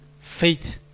faith